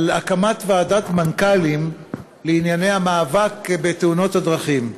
על הקמת ועדת מנכ"לים לענייני המאבק בתאונות הדרכים.